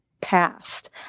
past